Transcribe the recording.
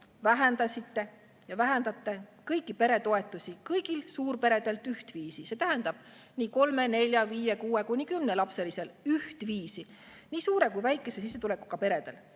vähendasite ja vähendate kõiki peretoetusi kõigil suurperedel ühtviisi, see tähendab ühtviisi kolme‑, nelja‑, viie‑, kuue‑ kuni kümnelapselisel perel, nii suure kui ka väikese sissetulekuga peredel.